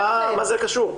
מה זה קשור?